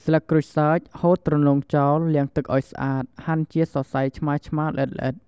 ស្លឹកក្រូចសើច ហូតទ្រនុងចោល លាងទឹកឲ្យស្អាត ហាន់ជាសរសៃឆ្មារៗល្អិតៗ។